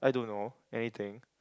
I don't know anything